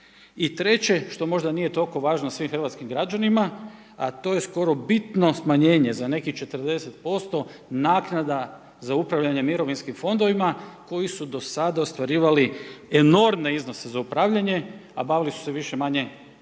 I treće što možda nije toliko važno svim hrvatskim građanima a to je skoro bitno smanjenje za nekih 40% naknada za upravljanje mirovinskim fondovima koji su do sada ostvarivali enormne iznose za upravljanje a bavili su se više-manje kupovanjem